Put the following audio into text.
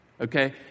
Okay